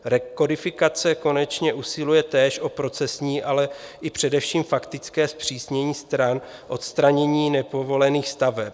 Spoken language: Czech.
Rekodifikace konečně usiluje též o procesní, ale i především faktické zpřísnění stran odstranění nepovolených staveb.